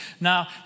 Now